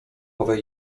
owe